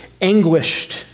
anguished